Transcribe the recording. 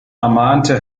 ermahnte